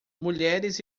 mulheres